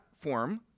form